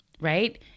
right